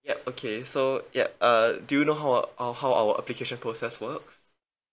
yup okay so yup uh do you know our uh how our application process works